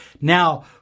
Now